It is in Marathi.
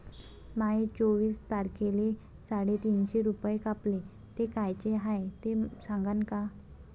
माये चोवीस तारखेले साडेतीनशे रूपे कापले, ते कायचे हाय ते सांगान का?